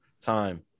time